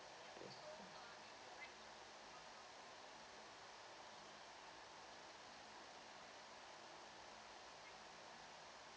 yes